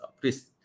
please